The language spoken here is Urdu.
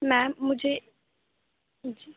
میم مجھے جی